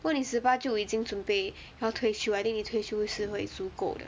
如果你十八就已经准备要退休 I think 你退休时会足够的